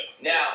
now